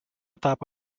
tapo